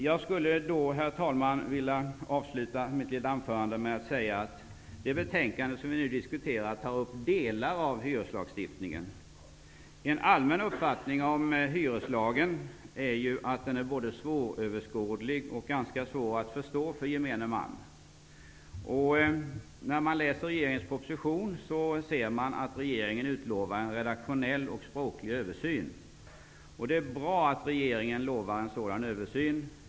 Jag skulle vilja avsluta mitt anförande med att säga, att i det betänkande som vi nu diskuterar tas delar av hyreslagstiftningen upp. En allmän uppfattning om hyreslagen är att den är både svåröverskådlig och ganska svår att förstå för gemene man. När man läser propositionen ser man att regeringen utlovar en redaktionell och språklig översyn. Det är bra.